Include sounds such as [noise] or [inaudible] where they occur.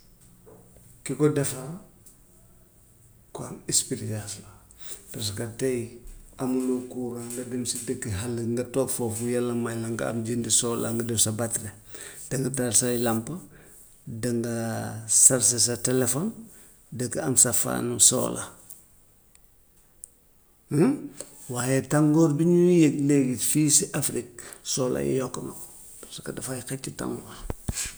[noise] ki ko defar kon experience la, [noise] parce que tey amuloo courant [noise] nga dem si dëkk xàll nga toog foofu [noise] yàlla may la nga am jënd solar, nga def sa battery, danga taal say làmp, danga [hesitation] charger sa téléphone, danga am sa fan solar. [noise] waaye tàngoor bi ñuy yëg léegi fii si afrique solar yi yokk na ko, [noise] parce que dafay xëcc tàngoor. [noise]